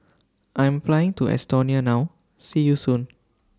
I Am Flying to Estonia now See YOU Soon